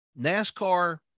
NASCAR